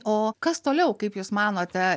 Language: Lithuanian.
o kas toliau kaip jūs manote